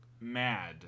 mad